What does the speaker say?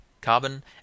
carbon